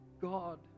God